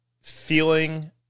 feeling